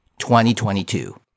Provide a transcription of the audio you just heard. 2022